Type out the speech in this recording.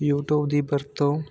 YouTube ਦੀ ਵਰਤੋਂ